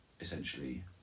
essentially